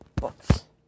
books